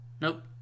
Nope